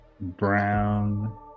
brown